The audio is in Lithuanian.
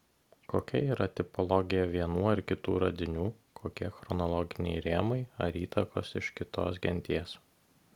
kokia yra tipologija vienų ar kitų radinių kokie chronologiniai rėmai ar įtakos iš kitos genties